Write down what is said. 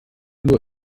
nur